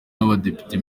n’abadepite